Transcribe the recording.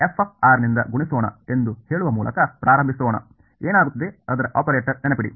f ನಿಂದ ಗುಣಿಸೋಣ ಎಂದು ಹೇಳುವ ಮೂಲಕ ಪ್ರಾರಂಭಿಸೋಣ ಏನಾಗುತ್ತದೆ ಅದರ ಆಪರೇಟರ್ ನೆನಪಿಡಿ